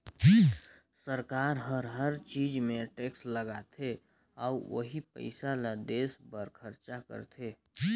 सरकार हर हर चीच मे टेक्स लगाथे अउ ओही पइसा ल देस बर खरचा करथे